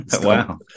wow